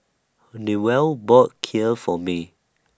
Newell bought Kheer For May